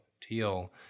Teal